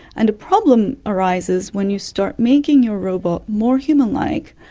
and the problem arises when you start making your robot more human-like.